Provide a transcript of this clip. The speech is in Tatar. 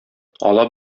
ала